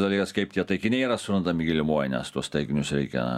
dalykas kaip tie taikiniai yra surandami giliumoj nes tuos teiginius reikia